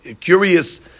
curious